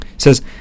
Says